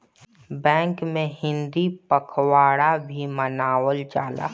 bank में हिंदी पखवाड़ा भी मनावल जाला